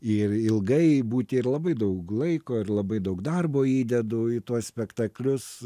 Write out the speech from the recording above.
ir ilgai būti ir labai daug laiko ir labai daug darbo įdedu į tuos spektaklius